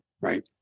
Right